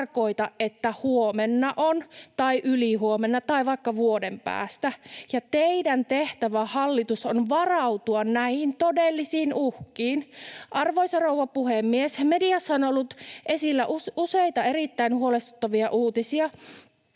tarkoita, että huomenna on tai ylihuomenna tai vaikka vuoden päästä. Ja teidän tehtävänne, hallitus, on varautua näihin todellisiin uhkiin. Arvoisa rouva puhemies! Mediassa on ollut esillä useita erittäin huolestuttavia uutisia.